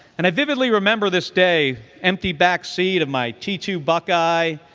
and i vividly remember this day, empty backseat of my t two buckeye,